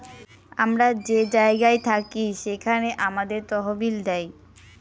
আমরা যে জায়গায় থাকি সেখানে আমাদের তহবিল দেয়